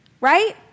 right